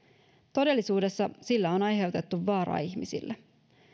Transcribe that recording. todellisuudessa sillä on aiheutettu vaaraa ihmisille